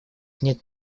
нет